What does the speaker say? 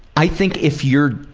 i think if you're